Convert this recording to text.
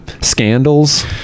scandals